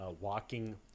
Walking